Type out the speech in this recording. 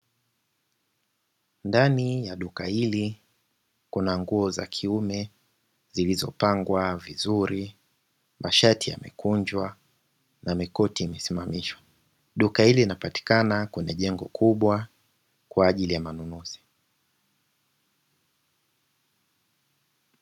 Ndani ya duka hili kuna nguo za kiume zilizopangwa vizuri mashati yamekunjwa na makoti yamesimamishwa, duka hili linapatikana kwenye jengo kubwa kwa ajili ya manunuzi.